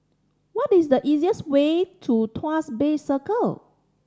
what is the easiest way to Tuas Bay Circle